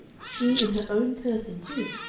she in her own person too,